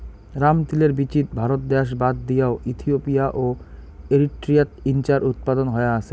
রামতিলের বীচিত ভারত দ্যাশ বাদ দিয়াও ইথিওপিয়া ও এরিট্রিয়াত ইঞার উৎপাদন হয়া আছে